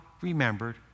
remembered